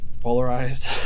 polarized